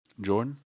Jordan